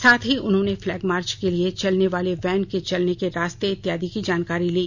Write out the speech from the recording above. साथ ही उन्होंने फ्लैग मार्च के लिए चलने वाले वैन के चलने के रास्ते इत्यादि की जानकारी ली